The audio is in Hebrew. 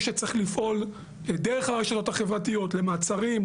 שצריך לפעול דרך הרשתות החברתיות למעצרים,